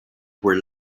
were